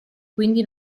quindi